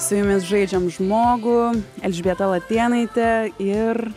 su jumis žaidžiam žmogų elžbieta latėnaitė ir